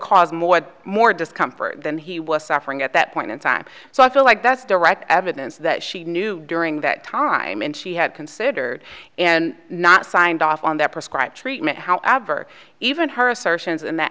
caused more and more discomfort than he was suffering at that point in time so i feel like that's direct evidence that she knew during that time and she had considered and not signed off on that prescribed treatment however even her assertions in th